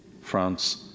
France